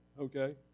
okay